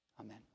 amen